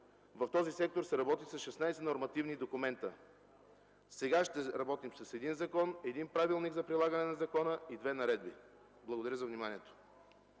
в този сектор се работи с 16 нормативни документа. Сега ще работим с един закон, един правилник за прилагане на закона и две наредби. Благодаря за вниманието.